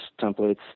templates